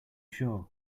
sure